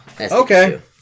Okay